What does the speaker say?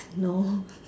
no